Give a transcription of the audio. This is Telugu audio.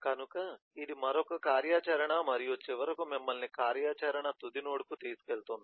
కనుక ఇది మరొక కార్యాచరణ మరియు చివరకు మిమ్మల్ని కార్యాచరణ తుది నోడ్కు తీసుకెళుతుంది